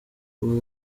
ubu